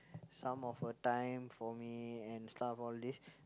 some of her time for me and stuff all these